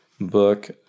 book